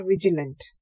vigilant